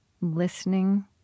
listening